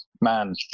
man